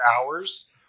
hours